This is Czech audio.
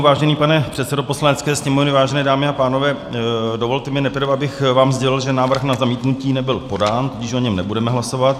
Vážený pane předsedo Poslanecké sněmovny, vážené dámy a pánové, dovolte mi, abych vám sdělil, že návrh na zamítnutí nebyl podán, tudíž o něm nebudeme hlasovat.